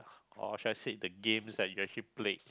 or should I said the games that you actually played